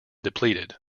depleted